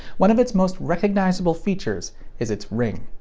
one of its most recognizable features is its ring.